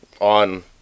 On